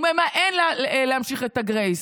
הוא ממאן להמשיך את הגרייס.